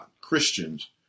Christians